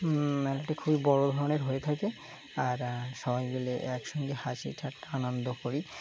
মেলাটি খুবই বড়ো ধরনের হয়ে থাকে আর সবাই মিলে একসঙ্গে হাসি আনন্দ করি